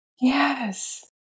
yes